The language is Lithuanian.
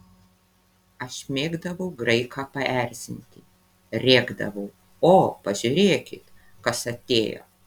aš mėgdavau graiką paerzinti rėkdavau o pažiūrėkit kas atėjo